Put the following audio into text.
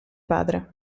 padre